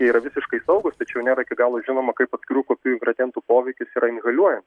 jie yra visiškai saugūs tačiau nėra iki galo žinoma kaip atskirų kokių ingredientų poveikis yra inhaliuojan